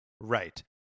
Right